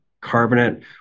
carbonate